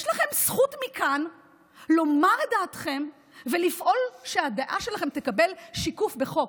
יש לך זכות לומר מכאן את דעתכם ולפעול שהדעה שלכם תקבל שיקוף בחוק.